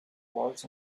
walls